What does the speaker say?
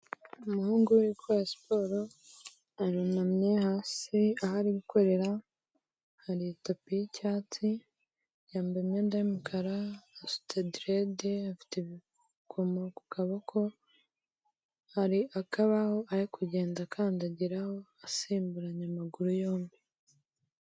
Umuhungu uri gukora siporo, arunamye hasi aho ari gukorera, hari itapi y'icyatsi, yambaye imyenda y'umukara, asutse derede, afite ibikomo ku kaboko, hari akabaho ari kugenda akandagiraho, asimburanya amaguru yombi.